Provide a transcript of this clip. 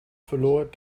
verloor